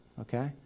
Okay